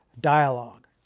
dialogue